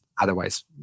otherwise